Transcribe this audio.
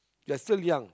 you're still young